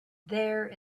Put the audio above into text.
there